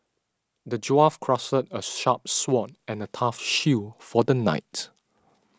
the dwarf crafted a sharp sword and a tough shield for the knight